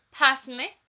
personally